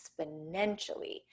exponentially